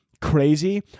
crazy